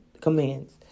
commands